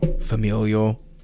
familial